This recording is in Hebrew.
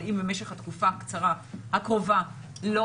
אבל אם במשך התקופה הקצרה הקרובה לא